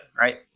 right